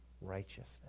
righteousness